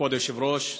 כבוד היושב-ראש,